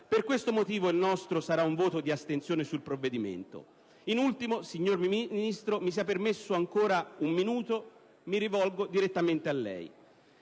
Per questo motivo, il nostro sarà un voto di astensione sul provvedimento. In ultimo, signor Ministro (mi sia concesso ancora un minuto di tempo), mi rivolgo direttamente a lei.